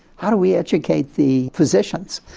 how do we educate the physicians?